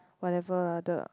whatever lah the